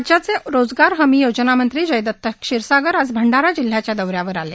राज्याचे रोजगार हमी योजनामंत्री जयदत्त क्षीरसागर आज भंडारा जिल्हयाच्या दौऱ्यावर आले